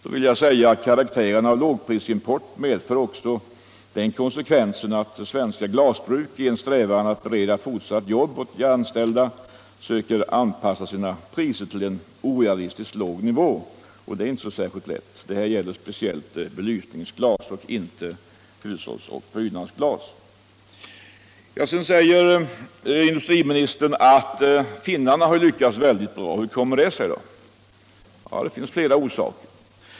Lågprisimport av den karaktären har också den konsekvensen att svenska glasbruk i strävan att bereda fortsatt jobb åt sina anställda söker anpassa sina priser till en orealistiskt låg nivå. Det är inte särskilt lätt. Det gäller i detta fall speciellt belysningsglas — inte hushållsoch prydnadsglas. Sedan säger industriministern att finnarna lyckats väldigt bra. Hur kommer det sig? Ja, det finns flera orsaker.